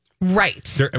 Right